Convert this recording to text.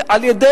אדוני